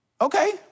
Okay